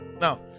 now